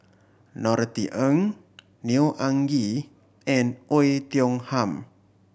Norothy Ng Neo Anngee and Oei Tiong Ham